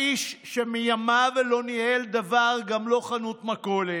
האיש שמימיו לא ניהל דבר, גם לא חנות מכולת,